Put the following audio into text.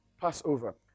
Passover